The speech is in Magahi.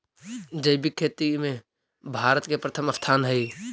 जैविक खेती में भारत के प्रथम स्थान हई